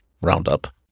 roundup